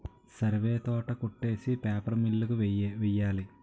సరివే తోట కొట్టేసి paper mill కి వెయ్యాలి